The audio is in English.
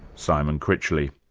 simon critchley.